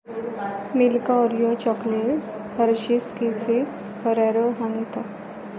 milk Oreo chocolate Hershey's Kisses Ferrero हानता